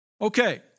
Okay